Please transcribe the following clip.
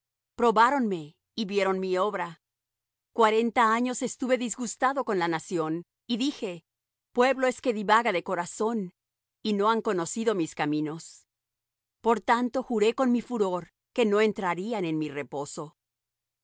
padres probáronme y vieron mi obra cuarenta años estuve disgustado con la nación y dije pueblo es que divaga de corazón y no han conocido mis caminos por tanto juré en mi furor que no entrarían en mi reposo